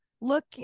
look